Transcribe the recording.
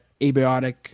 abiotic